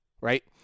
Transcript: right